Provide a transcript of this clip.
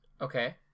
Okay